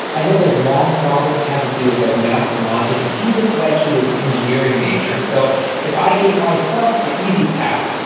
i know those long problems had to do with like math and logic and he looked like he was an engineering major and so if i gave myself the easy task,